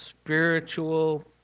spiritual